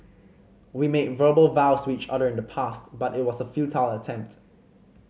we made verbal vows with each other in the past but it was a futile attempt